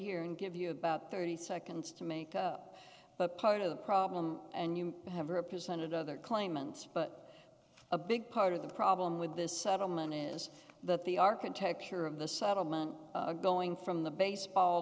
here and give you about thirty seconds to make up part of the problem and you have represented other claimants but a big part of the problem with this settlement is that the architecture of the settlement going from the baseball